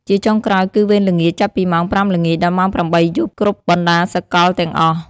ជាចុងក្រោយគឺ វេនល្ងាច ចាប់ពីម៉ោង ៥ ល្ងាច ដល់ម៉ោង ៨ យប់ គ្រប់បណ្ដាសកលទាំងអស់។